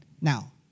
Now